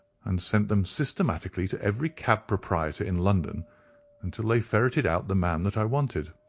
and sent them systematically to every cab proprietor in london until they ferreted out the man that i wanted.